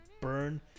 burn